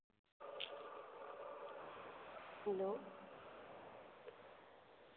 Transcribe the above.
hello